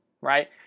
right